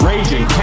Raging